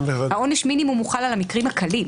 העונש מינימום הוא חל על המקרים הקלים,